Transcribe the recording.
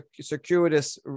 circuitous